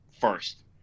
first